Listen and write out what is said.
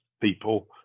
people